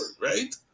right